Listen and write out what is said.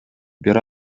бир